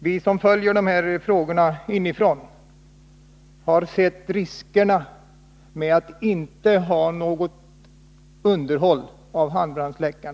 Vi som följer dessa frågor inifrån har sett riskerna med att inte ha något underhåll av handbrandsläckare.